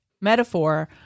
metaphor